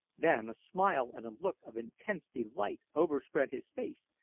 then a smile and a look of intense delight overspread his face,